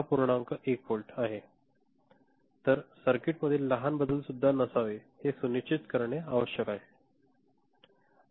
1 volt आहे तर सर्किटमधील लहान बदल सुद्धा नसावे हे सुनिश्चित करणे आवश्यक आहे